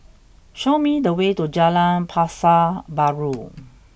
show me the way to Jalan Pasar Baru